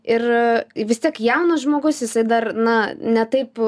ir vis tiek jaunas žmogus jisai dar na ne taip